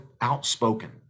outspoken